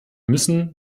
müssen